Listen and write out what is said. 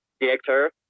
director